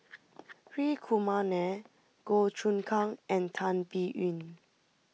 Hri Kumar Nair Goh Choon Kang and Tan Biyun